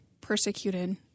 persecuted